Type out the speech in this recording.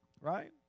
Right